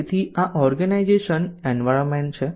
તેથી આ organization environment છે